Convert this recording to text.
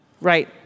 Right